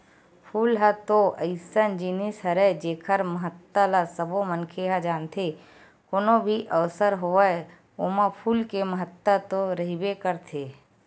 फूल ह तो अइसन जिनिस हरय जेखर महत्ता ल सबो मनखे ह जानथे, कोनो भी अवसर होवय ओमा फूल के महत्ता तो रहिबे करथे